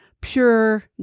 pure